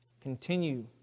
Continue